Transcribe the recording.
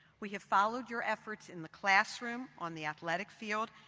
we have followed your efforts in the classroom, on the athletic field,